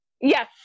yes